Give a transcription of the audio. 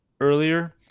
earlier